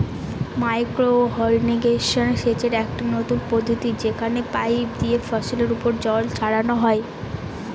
micro irrigation সেচের একটি নতুন পদ্ধতি যেখানে পাইপ দিয়ে ফসলের ওপর জল ছড়ানো হয়